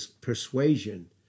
persuasion